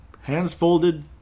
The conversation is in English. hands-folded